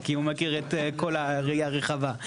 כי הוא מכיר את כל הראיה הרחבה,